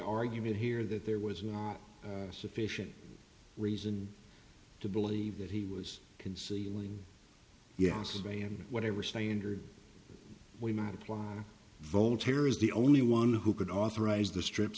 argument here that there was sufficient reason to believe that he was concealing yeah survey and whatever standard we might apply voltaire is the only one who could authorize the strip